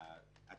חברת הכנסת,